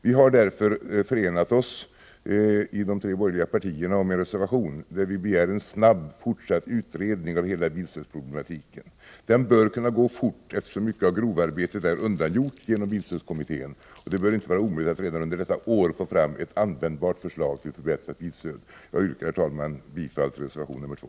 Vi har därför i de tre borgerliga partierna förenat oss om en reservation, där vi begär en snabb fortsatt utredning av hela bilstödsproblematiken. Denna utredning bör kunna gå fort, eftersom mycket av grovarbetet är undangjort genom bilstödskommittén. Det bör inte vara omöjligt att redan under detta år få fram ett användbart förslag till begränsat bilstöd. Jag yrkar, herr talman, bifall till reservation nr 2.